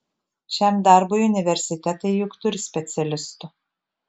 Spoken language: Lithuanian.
šiam darbui universitetai juk turi specialistų